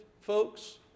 folks